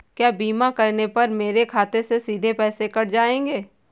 क्या बीमा करने पर मेरे खाते से सीधे पैसे कट जाएंगे?